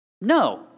No